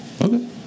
Okay